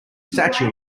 statue